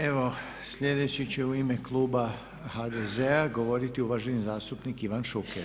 Evo sljedeći će u ime kluba HDZ-a govoriti uvaženi zastupnik Ivan Šuker.